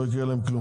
לא יקרה להם כלום.